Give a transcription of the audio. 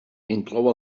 inclou